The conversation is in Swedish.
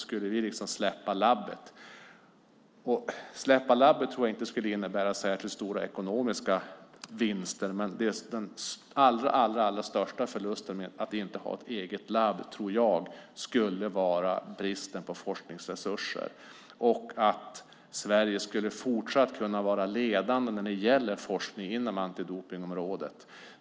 Jag tror inte att det skulle innebära särskilt stora ekonomiska vinster om man skulle släppa labbet. Men den största förlusten som det skulle innebära att inte ha ett eget labb tror jag skulle vara bristen på forskningsresurser och att Sverige fortsatt inte skulle kunna vara ledande när det gäller forskning inom antidopningsområdet.